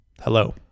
Hello